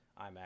iMac